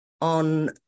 on